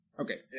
Okay